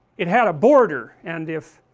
it had a border, and if